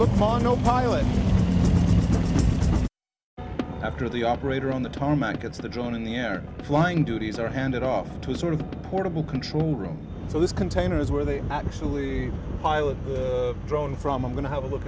look ma no pilot after the operator on the tarmac gets the drone in the air flying duties are handed off to a sort of portable control room so those containers where they actually a pilot drone from i'm going to have a look